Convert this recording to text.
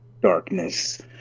darkness